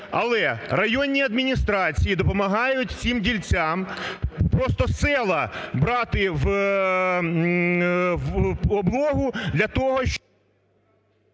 Але районні адміністрації допомагають всім дільцям просто села брати в облогу для того, щоб…